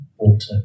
water